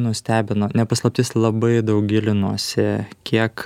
nustebino ne paslaptis labai daug gilinuosi kiek